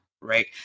right